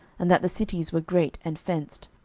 and that the cities were great and fenced